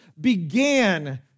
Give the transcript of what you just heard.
began